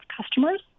customers